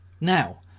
Now